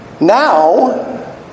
now